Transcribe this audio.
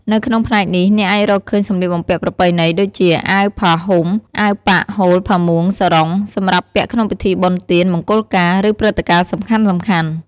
នៅក្នុងផ្នែកនេះ អ្នកអាចរកឃើញសម្លៀកបំពាក់ប្រពៃណី ដូចជា អាវផាហ៊ុម អាវប៉ាក់ ហូល ផាមួង សារុង សម្រាប់ពាក់ក្នុងពិធីបុណ្យទាន មង្គលការ ឬព្រឹត្តិការណ៍សំខាន់ៗ។